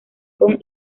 kong